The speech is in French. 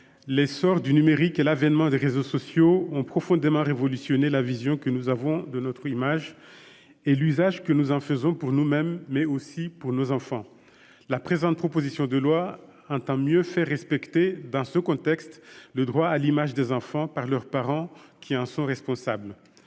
l'essor du numérique et l'avènement des réseaux sociaux ont profondément révolutionné la vision que nous avons de notre image et l'usage que nous en faisons pour nous-mêmes, mais aussi pour nos enfants. Dans ce contexte, la proposition de loi que nous examinons aujourd'hui tend à mieux faire respecter le droit à l'image des enfants par leurs parents, qui en sont responsables.